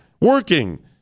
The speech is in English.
working